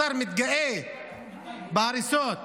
השר מתגאה בהריסות,